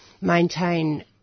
maintain